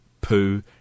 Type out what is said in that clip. poo